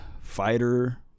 fighter